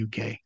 uk